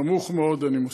נמוך מאוד, אני מוסיף.